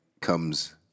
comes